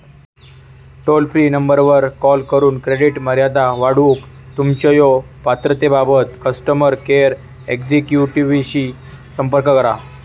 toll free नंबरवर call करून credit मर्यादा वाढवूक तुमच्यो पात्रतेबाबत कस्टमर केअर एक्झिक्युटिव्हशी संपर्क करा